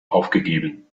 aufgegeben